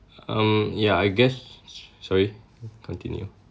um yeah I guess sorry continue